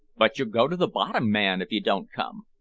but you'll go to the bottom, man, if you don't come.